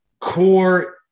core